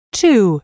two